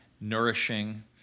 nourishing